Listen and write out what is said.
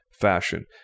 fashion